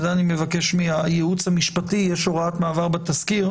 אני מבקש מהייעוץ המשפטי, יש הוראת מעבר בתזכיר.